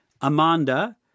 Amanda